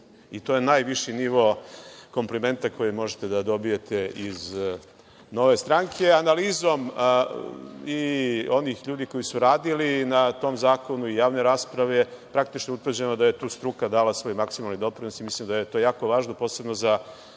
To je najviši nivo komplimenta koji možete da dobijete iz Nove stranke. Analizom ljudi koji su radili na tom zakonu i javne rasprave, praktično je utvrđeno da je tu struka dala svoj maksimalni doprinos i mislim da je to jako važno, posebno za